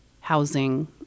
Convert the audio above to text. housing